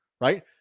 right